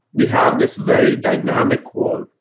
we have this very dynamic quote,